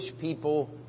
people